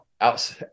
out